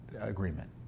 agreement